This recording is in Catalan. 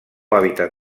hàbitat